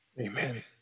Amen